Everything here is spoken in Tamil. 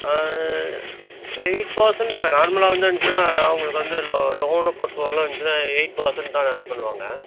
அதான் எயிட் பர்சென்ட் தான் நார்மலாக வந்து இருந்துச்சுன்னா அவங்களுக்கு வந்து லோ லோனை பொறுத்த வர்லும் இந்துச்சுன்னா எயிட் பர்சென்ட் தான் வேல்டு பண்ணுவாங்க